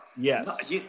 Yes